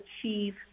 achieve